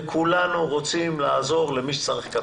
וכולנו רוצים לעזור למי שצריך לקבל עזרה.